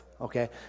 Okay